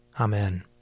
Amen